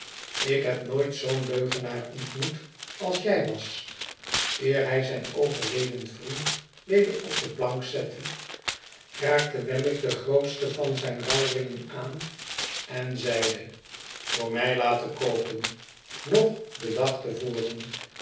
ik heb nooit zoo'n leugenaar ontmoet als jij was eer hij zijn overleden vriend weder op de plank zette raakte wemmick den grootsten van zijne rouwringen aan en zeide voor mij laten koopen nog den dag